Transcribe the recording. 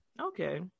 okay